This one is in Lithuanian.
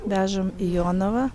vežam į jonavą